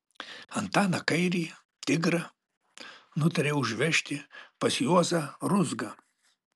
antaną kairį tigrą nutarė užvežti pas juozą ruzgą